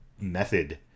method